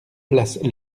place